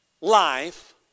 life